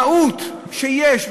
המהות שיש,